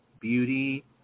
beauty